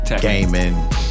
Gaming